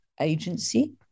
agency